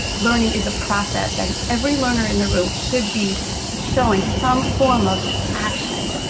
learning is a process, and every learner in the room should be showing some form of action,